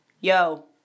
Yo